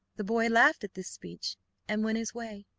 the boy laughed at this speech and went his way.